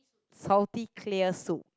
salty clear soup